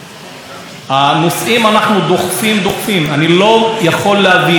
אני לא יכול להבין מה מונע מהשר האחראי,